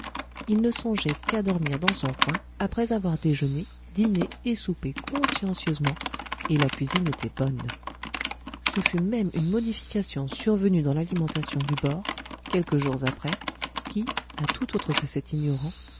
il ne songeait qu'à dormir dans son coin après avoir déjeuné dîné et soupé consciencieusement et la cuisine était bonne ce fut même une modification survenue dans l'alimentation du bord quelques jours après qui à tout autre que cet ignorant